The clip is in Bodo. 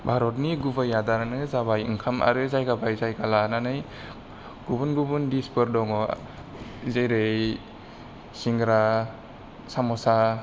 भारतनि गुबै आदारानो जाबाय ओंखाम आरो जायगा बाय जायगा लानानै गुबुन गुबुन डिशफोर दंङ जेरै शिंग्रा साम'सा